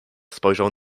spojrzał